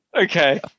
Okay